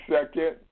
second